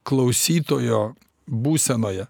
klausytojo būsenoje